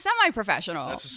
semi-professional